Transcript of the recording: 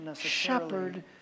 shepherd